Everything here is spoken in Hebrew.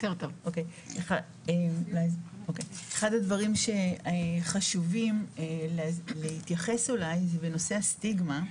אחד הדברים שחשובים להתייחס אולי זה בנושא הסטיגמה.